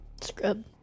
scrub